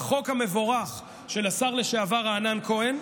בחוק המבורך של השר לשעבר רענן כהן,